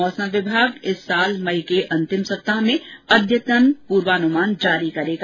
मौसम विभाग इस वर्ष मई के अंतिम सप्ताह में अद्यतन पूर्वानुमान जारी करेगा